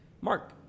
Mark